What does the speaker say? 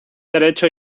derecho